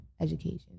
Education